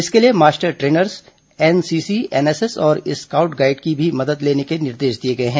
इसके लिए master trainers NCC NSS और स्काउट गाइड की भी मदद लेने के निर्देश दिए गए हैं